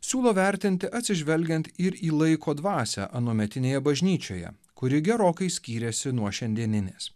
siūlo vertinti atsižvelgiant ir į laiko dvasią anuometinėje bažnyčioje kuri gerokai skyrėsi nuo šiandieninės